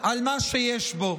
על מה שיש בו.